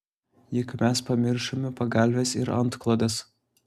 juk mes pamiršome pagalves ir antklodes